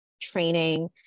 training